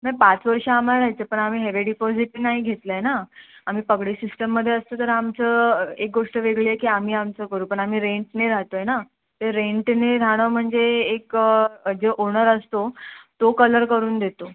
ना पाच वर्ष आम्हाला राहायचं पण आम्ही हेवे डिपॉजिट नाही घेतलं आहे ना आम्ही पगडे सिस्टममध्ये असतो तर आमचं एक गोष्ट वेगळी आहे की आम्ही आमचं करू पण आम्ही रेंटने राहतोय ना ते रेंटने राहणं म्हणजे एक जे ओनर असतो तो कलर करून देतो